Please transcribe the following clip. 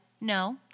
no